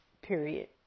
Period